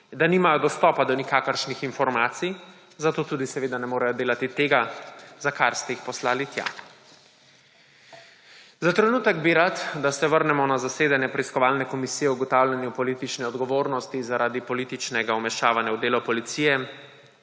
da nimajo dostopa do nikakršnih informacij, zato tudi seveda ne morejo delati tega, za kar ste jih poslali tja. Za trenutek bi rad, da se vrnemo na zasedanje preiskovalne komisije o ugotavljanju politične odgovornosti zaradi političnega vmešavanja v delo policije,